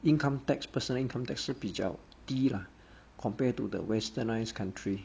income tax personal income tax 是比较低 lah compared to the westernise country